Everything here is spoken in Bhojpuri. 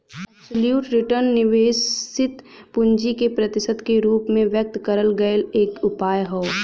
अब्सोल्युट रिटर्न निवेशित पूंजी के प्रतिशत के रूप में व्यक्त करल गयल एक उपाय हौ